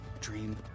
dream